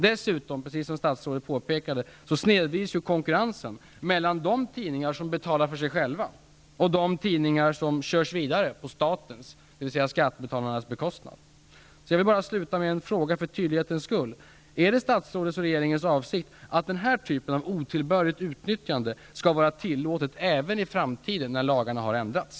Dessutom precis som statsrådet påpekade -- snedvrids konkurrensen mellan de tidningar som betalar för sig själva och de tidningar som körs vidare på statens, dvs. skattebetalarnas, bekostnad. Jag vill sluta med en fråga för tydlighetens skull: Är det statsrådets och regeringens avsikt att denna typ av otillbörligt utnyttjande skall vara tillåtet även i framtiden när lagarna har ändrats?